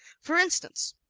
for instance,